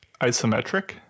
Isometric